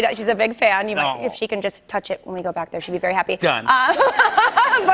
yeah she's a big fan. you know if she can just touch it when we go back there, she'd be very happy. done. ah but,